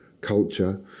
Culture